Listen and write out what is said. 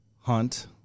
hunt